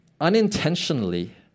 unintentionally